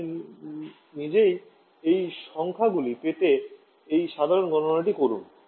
আপনি নিজেই এই সংখ্যাগুলি পেতে এই সাধারণ গণনাটি করুন